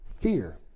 fear